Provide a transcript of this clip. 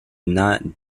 not